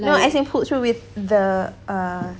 no as in pulled through with the err